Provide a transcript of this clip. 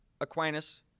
Aquinas